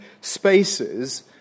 spaces